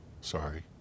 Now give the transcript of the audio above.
Sorry